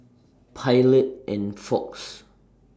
Pilot and Fox